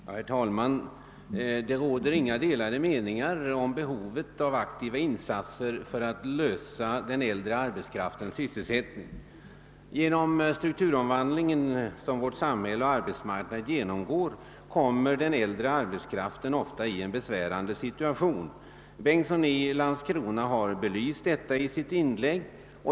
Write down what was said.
Herr talman! Det råder inga delade meningar om behovet av aktiva insatser för att lösa den äldre arbetskraftens sysselsättningsproblem. Genom den strukturomvandling som vårt samhälle och vår arbetsmarknad genomgår kommer den äldre arbetskraften ofta i en besvärande situation. Herr Bengtsson i Landskrona har belyst detta i sitt inlägg.